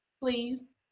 Please